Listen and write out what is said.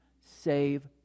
save